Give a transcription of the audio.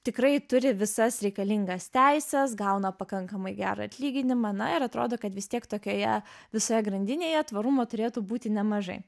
tikrai turi visas reikalingas teises gauna pakankamai gerą atlyginimą na ir atrodo kad vis tiek tokioje visoje grandinėje tvarumo turėtų būti nemažai